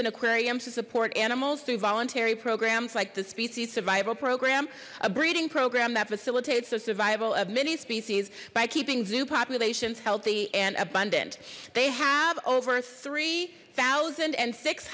and aquariums to support animals through voluntary programs like the species survival program a breeding program that facilitates the survival of many species by keeping zoo populations healthy and abundant they have over three thousand and six